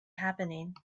happening